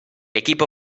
equipo